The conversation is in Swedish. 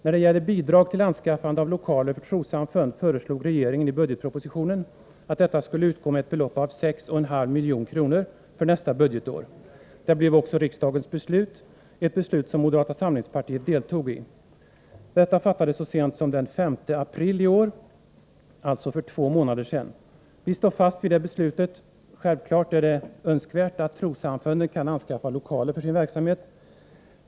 När det gäller bidrag till anskaffande av lokaler för trossamfund föreslog regeringen i budgetpropositionen, att detta skulle utgå med ett belopp av 6,5 milj.kr. för nästa budgetår. Det blev också riksdagens beslut, ett beslut som moderata samlingspartiet deltog i. Detta fattades så sent som den 5 april i år, alltså för två månader sedan. Vi står fast vid det beslutet. Självfallet är det önskvärt att trossamfunden kan anskaffa lokaler för sin verksamhet.